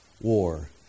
war